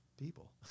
people